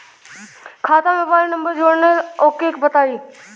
खाता में mobile number जोड़ना ओके बताई?